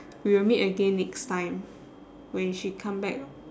we will meet again next time when she come back